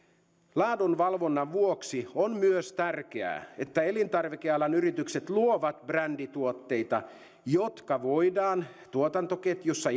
laadunvalvonnan vuoksi on myös tärkeää että elintarvikealan yritykset luovat brändituotteita jotka voidaan tuotantoketjussa